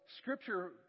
scripture